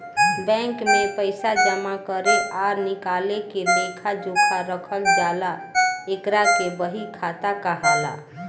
bank में पइसा जामा करे आ निकाले के लेखा जोखा रखल जाला एकरा के बही खाता कहाला